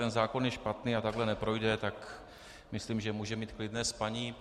Ten zákon je špatný a takhle neprojde, tak myslím, že může mít klidné spaní.